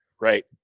Right